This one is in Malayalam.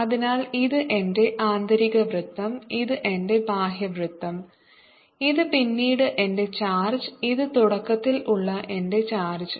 അതിനാൽ ഇത് എന്റെ ആന്തരിക വൃത്തം ഇത് എന്റെ ബാഹ്യ വൃത്തം ഇത് പിന്നീട് എന്റെ ചാർജ് ഇത് തുടക്കത്തിൽ ഉള്ള എന്റെ ചാർജ്